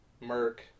Merc